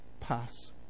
pass